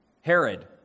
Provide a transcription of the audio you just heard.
Herod